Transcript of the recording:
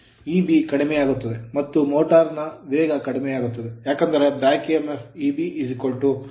Eb ಕಡಿಮೆಯಾಗುತ್ತದೆ ಮತ್ತು motor ನ ವೇಗಕಡಿಮೆಯಾಗುತ್ತದೆ ಏಕೆಂದರೆ back emf back EMF Eb K∅n